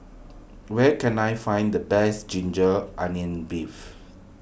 where can I find the Best Ginger Onions Beef